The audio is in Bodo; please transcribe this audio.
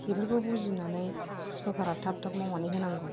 बेफोरखौ बुजिनानै सरखारा थाब थाब मावनानै होनांगौ